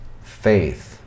faith